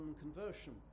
conversion